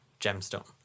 gemstone